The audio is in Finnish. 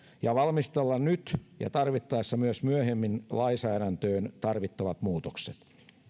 ja valmistella nyt ja tarvittaessa myös myöhemmin lainsäädäntöön tarvittavat muutokset